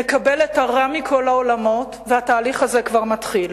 נקבל את הרע מכל העולמות, והתהליך הזה כבר מתחיל.